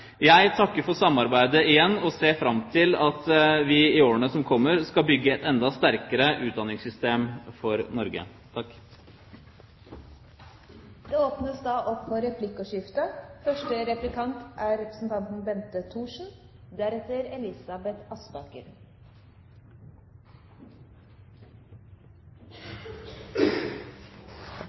Jeg takker for samarbeidet igjen og ser fram til at vi i årene som kommer, skal bygge et enda sterkere utdanningssystem for Norge. Det åpnes for replikkordskifte. Representanten